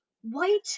white